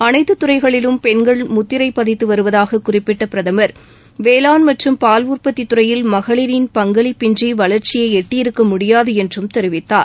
அனைத்து துறைகளிலும் பெண்கள் முத்திரை பதித்து வருவதாக குறிப்பிட்ட பிரதமா் வேளாண் மற்றம் பால் உற்பத்தி துறையில் மகளிரின் பங்களிப்பின்றி வளர்ச்சியை எட்டியிருக்க முடியாது என்றும் தெரிவித்தார்